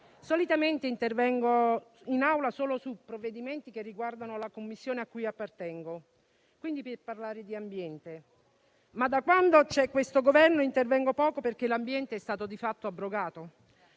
solitamente intervengo in Aula solo su provvedimenti che riguardano la Commissione a cui appartengo, e quindi per parlare di ambiente. Da quando, però, c'è questo Governo intervengo poco, perché l'ambiente è stato di fatto abrogato.